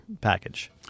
package